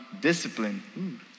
discipline